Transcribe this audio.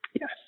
Yes